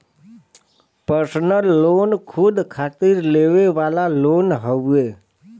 personal loan खुद खातिर लेवे वाला लोन हउवे